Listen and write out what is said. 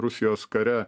rusijos kare